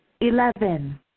Eleven